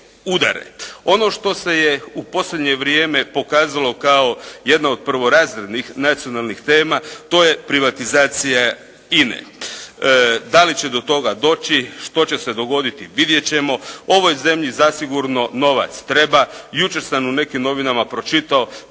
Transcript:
Ono što se je u posljednje vrijeme pokazalo kao jedna od prvorazrednih nacionalnih tema, to je privatizacija INA-e. Da li će do toga doći, što će se dogoditi vidjeti ćemo. Ovoj zemlji zasigurno novac treba. Jučer sam u nekim novinama pročitao